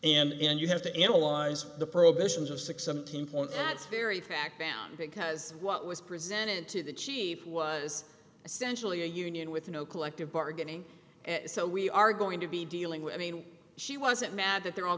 members and you have to analyze the prohibitions of six seventeen point that's very fact found because what was presented to the chief was essentially a union with no collective bargaining and so we are going to be dealing with i mean she wasn't mad that they're all